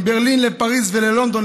מברלין לפריז וללונדון,